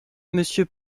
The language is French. monsieur